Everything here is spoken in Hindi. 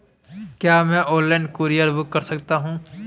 क्या मैं ऑनलाइन कूरियर बुक कर सकता हूँ?